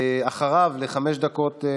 נוכח אחמד טיבי,